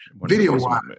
video-wise